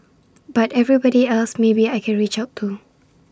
but everybody else maybe I can reach out to